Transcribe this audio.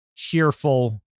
cheerful